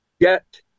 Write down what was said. get